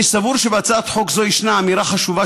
אני סבור שבהצעת חוק זו ישנה אמירה חשובה,